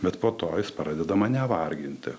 bet po to jis pradedama mane varginti